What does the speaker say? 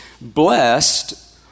blessed